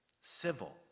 civil